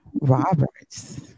Roberts